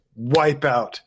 Wipeout